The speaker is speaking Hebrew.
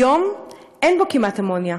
היום אין בו כמעט אמוניה.